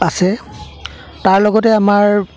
আছে তাৰ লগতে আমাৰ